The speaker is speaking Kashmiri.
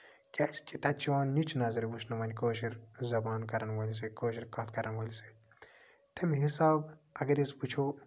کیازِ کہِ تَتہِ چھُ یِوان نِچ نَظرِ وُچھنہٕ وۄنۍ کٲشُر زَبان کَرن وٲلِس یا کٲشُر کَتھ کَرن وٲلِس سۭتۍ تَمہِ حِسابہٕ اَگر أسۍ وُچھو